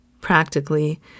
practically